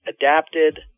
Adapted